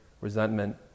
resentment